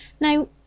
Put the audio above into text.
Now